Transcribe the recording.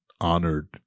honored